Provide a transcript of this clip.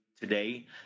today